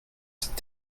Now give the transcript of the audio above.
cet